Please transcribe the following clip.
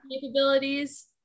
capabilities